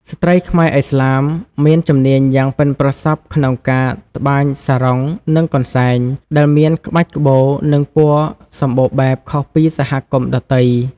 ស្ត្រីខ្មែរឥស្លាមមានជំនាញយ៉ាងប៉ិនប្រសប់ក្នុងការត្បាញសារុង និងកន្សែង ដែលមានក្បាច់ក្បូរ និងពណ៌សំបូរបែបខុសពីសហគមន៍ដទៃ។